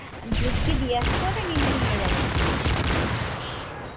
আর দুধ কি দিয়ে আসতে হবে না নিয়ে যাবেন